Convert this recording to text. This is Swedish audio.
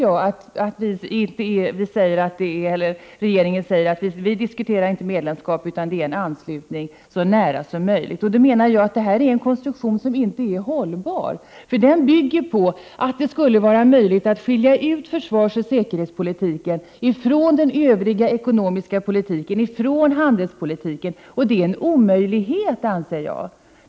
Nu vet jag att regeringen säger att den inte diskuterar medlemskap utan en så nära anslutning som möjligt. Men det är en konstruktion som inte är hållbar. Den bygger nämligen på att det skulle vara möjligt att skilja ut försvarsoch säkerhetspolitiken från den övriga politiken, från den ekonomiska politiken och från handelspolitiken. Jag anser att det är en omöjlighet.